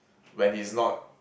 when he's not